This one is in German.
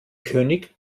könig